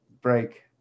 break